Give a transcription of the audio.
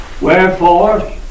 Wherefore